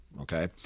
Okay